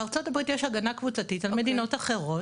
בארצות הברית יש הגנה קבוצתית על מדינות אחרות,